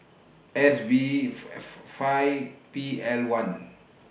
S V five P L one